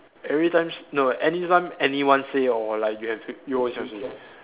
every time s~ no anytime anyone say or like you have you own self say